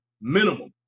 minimum